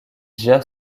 gère